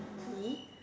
okay